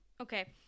Okay